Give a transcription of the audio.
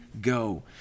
go